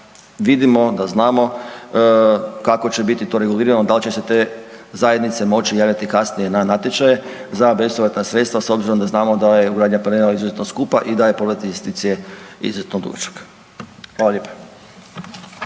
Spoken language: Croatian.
vidimo, da znamo kako će to biti regulirano, dal će se te zajednice moći javljati kasnije na natječaje za bespovratna sredstva s obzirom da znamo da je ugradnja panela izuzetno skupa i da je povrat investicije izuzetno dugačak. Hvala lijepa.